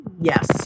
Yes